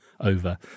over